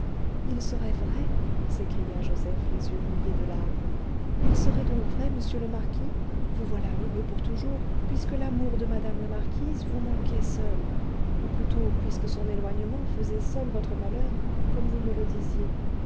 il serait vrai s'écria joseph les yeux mouillés de larmes il serait donc vrai monsieur le marquis vous voilà heureux pour toujours puisque l'amour de mme la marquise vous manquait seul ou plutôt puisque son éloignement faisait seul votre malheur comme vous me le disiez